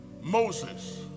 Moses